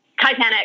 Titanic